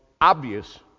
obvious